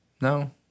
No